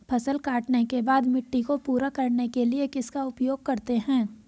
फसल काटने के बाद मिट्टी को पूरा करने के लिए किसका उपयोग करते हैं?